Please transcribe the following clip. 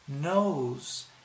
knows